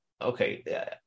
okay